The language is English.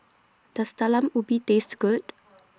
Does Talam Ubi Taste Good